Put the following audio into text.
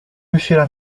riuscirà